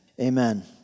amen